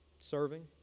serving